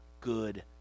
good